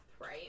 right